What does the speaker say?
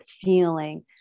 feeling